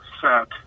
set